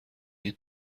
این